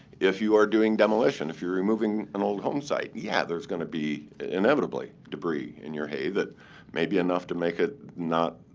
if you are doing demolition, if you're removing an old home site, yeah, there's going to be inevitably debris in your hay that may be enough to make it not